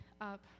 up